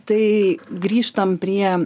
tai grįžtam prie